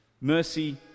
Mercy